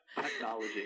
technology